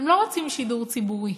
הם לא רוצים שידור ציבורי,